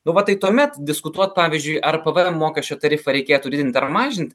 nu va tai tuomet diskutuot pavyzdžiui ar pvm mokesčio tarifą reikėtų didint ar mažint